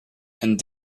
and